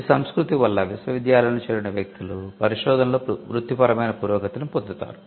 ఈ సంస్కృతి వల్ల విశ్వవిద్యాలయంలో చేరిన వ్యక్తులు పరిశోధనలో వృత్తిపరమైన పురోగతిని పొందుతారు